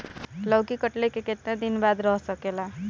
लौकी कटले के बाद केतना दिन रही सकेला?